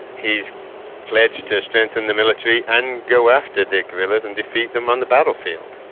he pledged to strengthen the military and go after the guerrillas and defeat them on the battlefield.